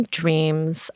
dreams